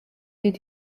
did